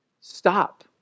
Stop